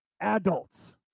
adults